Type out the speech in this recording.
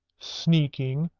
sneaking,